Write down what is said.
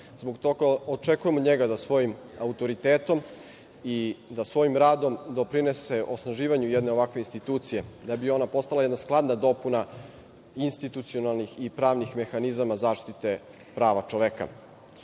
Zbog toga, očekujem od njega da svojim autoritetom i radom doprinese osnaživanju jedne ovakve institucije, da bi ona postala jedna skladna dopuna institucionalnih i pravnih mehanizama zaštite prava čoveka. Ne